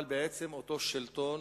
אבל בעצם אותו שלטון,